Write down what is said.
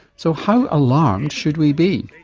so how alarmed should we be?